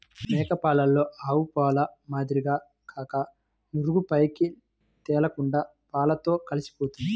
మేక పాలలో ఆవుపాల మాదిరిగా కాక నురుగు పైకి తేలకుండా పాలతో కలిసిపోతుంది